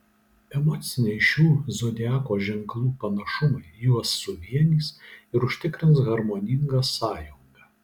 emociniai šių zodiako ženklų panašumai juos suvienys ir užtikrins harmoningą sąjungą